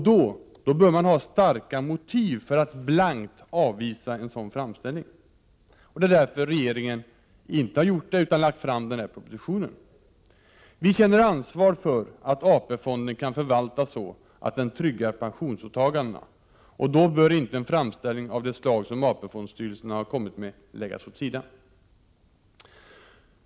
Då bör man ha starka motiv för att blankt avvisa en sådan framställan. Det är därför regeringen inte har gjort det utan lagt fram den här propositionen. Vi känner ansvar för att AP-fonden kan förvaltas så, att den tryggar pensionsåtagandena. Då bör inte en framställning av det slag som AP fondstyrelsen kommit med läggas åt sidan.